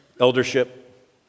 eldership